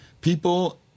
People